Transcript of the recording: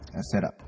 setup